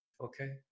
okay